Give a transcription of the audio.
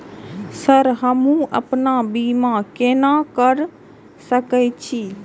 Sir हमू अपना बीमा केना कर सके छी?